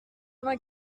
vingt